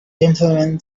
gentlemen